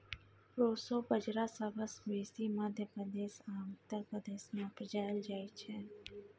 proso बजरा सबसँ बेसी मध्य प्रदेश आ उत्तर प्रदेश मे उपजाएल जाइ छै